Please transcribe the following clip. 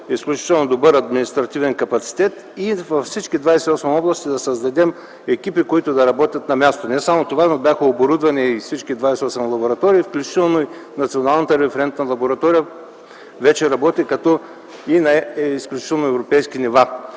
изключително добър административен капацитет и във всички 28 области да създадем екипи, които да работят на място. Не само това, но бяха оборудвани и всички 28 лаборатории, включително и Националната референтна лаборатория, която вече работи изключително на европейски нива.